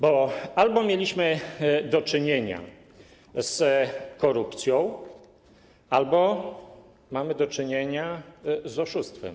Bo albo mieliśmy do czynienia z korupcją, albo mamy do czynienia z oszustwem.